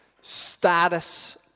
status